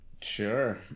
sure